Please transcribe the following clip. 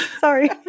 Sorry